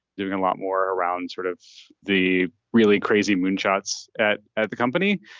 doing a lot more around sort of the really crazy moon shots at at the company.